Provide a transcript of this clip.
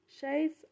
shades